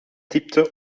typte